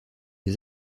les